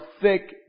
thick